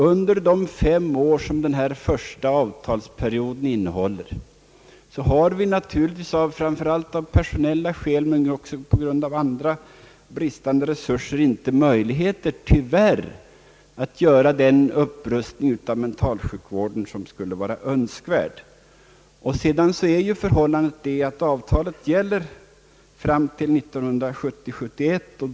Under de fem år som den första avtalsperioden omfattar har vi naturligtvis framför allt av personella skäl men också på grund av andra bristande resurser tyvärr inte möjligheter att göra den upprustning av mentalsjukvården som skulle vara önskvärd. Avtalet gäller fram till 1970/71.